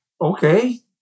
Okay